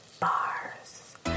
bars